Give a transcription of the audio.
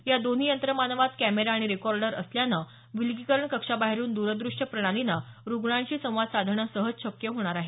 या दोन्ही यंत्र मानवात कॅमेरा आणि रेकॉर्डर असल्यान विलगीकरण कक्षाबाहेरूनही दूरदृष्य प्रणालीने रुग्णांशी संवाद साधणं सहज शक्य होणार आहे